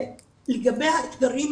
לגבי האתגרים,